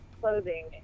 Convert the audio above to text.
clothing